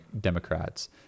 Democrats